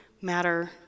matter